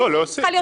להוסיף,